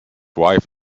wife